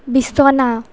বিছনা